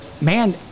man